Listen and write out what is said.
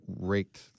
raked